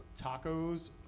tacos